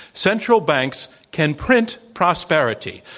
central banks can print prosperity,